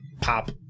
pop